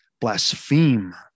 blaspheme